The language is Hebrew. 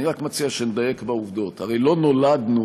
אני רק מציע שנדייק בעובדות: הרי לא נולדנו